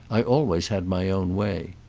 i always had my own way.